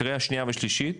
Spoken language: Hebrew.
קריאה שנייה ושלישית,